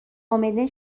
امنه